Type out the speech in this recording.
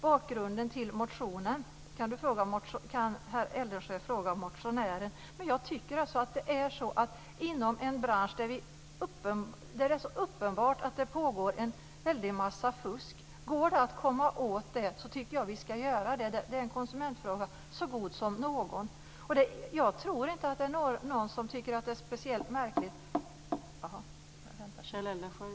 Bakgrunden till motionen kan Kjell Eldensjö fråga motionären om. Detta är en bransch där det så uppenbart pågår en väldig massa fusk. Går det att komma åt detta, så tycker jag att vi ska göra det. Det är en konsumentfråga så god som någon.